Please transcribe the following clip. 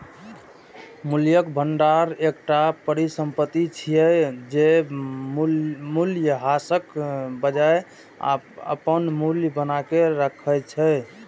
मूल्यक भंडार एकटा परिसंपत्ति छियै, जे मूल्यह्रासक बजाय अपन मूल्य बनाके राखै छै